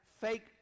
fake